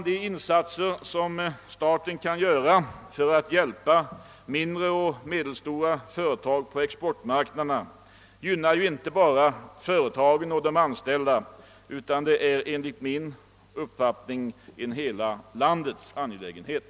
De insatser som staten kan göra för att hjälpa mindre och medelstora företag på exportmarknaderna gynnar inte bara företagen och de anställda, utan det är en hela landets angelägenhet.